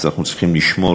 אנחנו צריכים היום לשמור